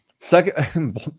Second